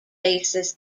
basis